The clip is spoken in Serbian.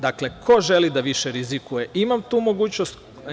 Dakle, ko želi da više rizikuje, ima tu mogućnost.